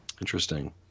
Interesting